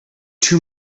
too